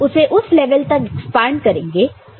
उसे उस लेवल तक एक्सपांड करेंगे